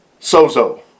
sozo